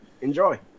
Enjoy